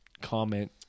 comment